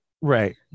Right